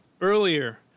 earlier